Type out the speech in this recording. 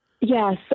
Yes